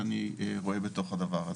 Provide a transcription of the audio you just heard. כך שאם יש פתאום איזו קטסטרופה,